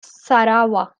sarawak